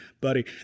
buddy